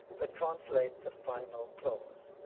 but translate the final clause